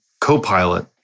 Copilot